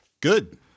Good